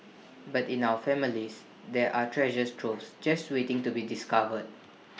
but in our families there are treasures troves just waiting to be discovered